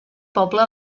poble